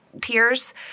peers